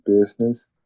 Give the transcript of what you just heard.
business